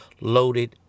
loaded